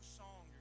song